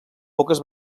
poques